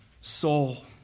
soul